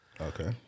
Okay